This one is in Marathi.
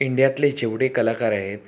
इंडियातले जेवढे कलाकार आहेत